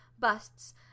busts